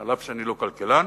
אף שאני לא כלכלן,